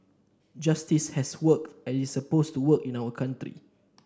justice has worked as it is supposed to work in our country